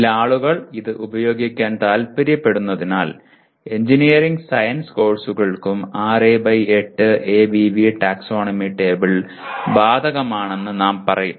ചില ആളുകൾ ഇത് ഉപയോഗിക്കാൻ താൽപ്പര്യപ്പെടുന്നതിനാൽ എഞ്ചിനീയറിംഗ് സയൻസ് കോഴ്സുകൾക്കും 6 ബൈ 8 എബിവി ടാക്സോണമി ടേബിൾ ബാധകമാണെന്ന് നാം പറയും